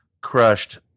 crushed